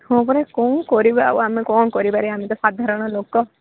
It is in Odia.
ହଁ ପରା କ'ଣ କରିବା ଆଉ ଆମେ କ'ଣ କରିପାରିବା ଆମେ ତ ସାଧାରଣ ଲୋକ